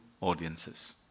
audiences